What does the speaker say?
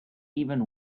even